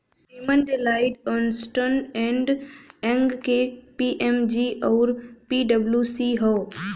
एमन Deloitte, Ernst and Young, KPMG आउर पी.डब्ल्यू.सी हौ